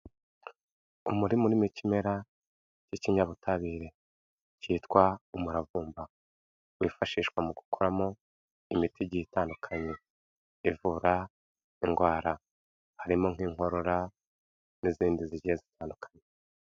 Umurima urimo ikimera cy'ikinyabutabire cyitwa umuravumba wifashishwa mu gukuramo imiti igiye itandukanye ivura indwara harimo: nk'inkorora n'izindi zigiye zitandukanye.